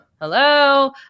Hello